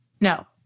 No